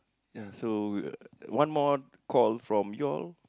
ya so one more call from you all